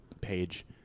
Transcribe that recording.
page